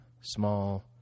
small